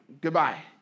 goodbye